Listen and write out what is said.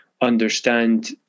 understand